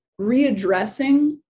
readdressing